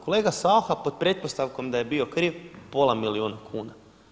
Kolega Saucha pod pretpostavkom da je bio kriv pola milijuna kuna.